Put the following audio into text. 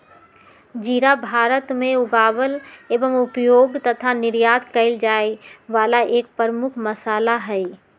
जीरा भारत में उगावल एवं उपयोग तथा निर्यात कइल जाये वाला एक प्रमुख मसाला हई